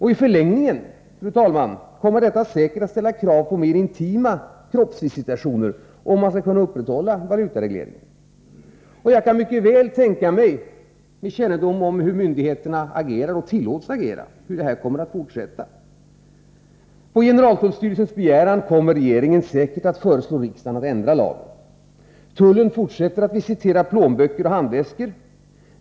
I förlängningen, fru talman, kommer detta säkert att ställa krav på mera intima kroppsvisitationer om man skall kunna upprätthålla valutaregleringen. Jag kan mycket väl tänka mig — med kännedom om hur myndigheterna agerar och tillåts agera — hur detta kommer att fortsätta. På generaltullstyrelsens begäran kommer regeringen säkert att föreslå riksdagen att ändra lagen. Tullen fortsätter att visitera plånböcker och handväskor.